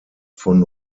von